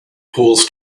pools